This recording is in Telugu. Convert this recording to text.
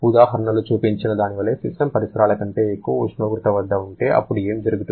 ఉదాహరణలో చూపించిన దాని వలె సిస్టమ్ పరిసరాల కంటే ఎక్కువ ఉష్ణోగ్రత వద్ద ఉంటే అప్పుడు ఏమి జరుగుతుంది